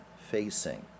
facing